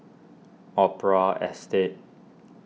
Opera Estate